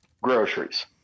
groceries